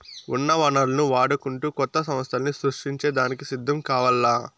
ఉన్న వనరులను వాడుకుంటూ కొత్త సమస్థల్ని సృష్టించే దానికి సిద్ధం కావాల్ల